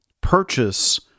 purchase